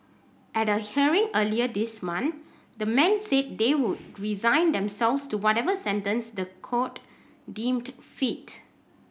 at a hearing earlier this month the men said they would resign themselves to whatever sentence the court deemed fit